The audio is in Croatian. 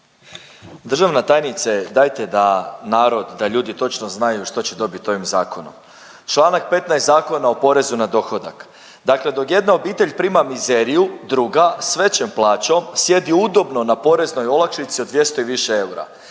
Državna tajnice, dajte da narod, da ljudi točno znaju što će dobit ovim zakonom. Čl. 15. Zakona o porezu na dohodak. Dakle dok jedna obitelj prima mizeriju, druga s većom plaćom sjedi udobno na poreznoj olakšici od 200 i više eura.